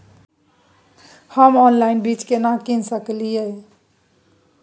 हम ऑनलाइन बीज केना कीन सकलियै हन?